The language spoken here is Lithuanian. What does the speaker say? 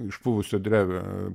išpuvusią drevę